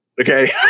okay